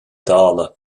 dála